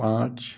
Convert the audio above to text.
पाँच